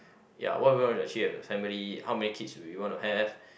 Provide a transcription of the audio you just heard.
ya what we want to achieve in a family how many kids do we want to have